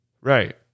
Right